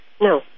No